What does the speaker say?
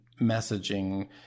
messaging